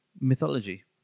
mythology